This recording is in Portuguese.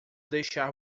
deixar